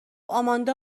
آماندا